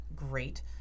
great